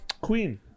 Queen